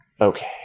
Okay